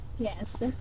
Yes